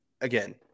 again